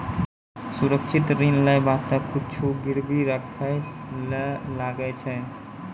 सुरक्षित ऋण लेय बासते कुछु गिरबी राखै ले लागै छै